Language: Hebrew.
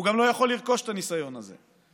הוא גם לא יכול לרכוש את הניסיון הזה.